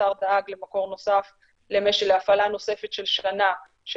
השר דאג למקור נוסף להפעלה נוספת של שנה של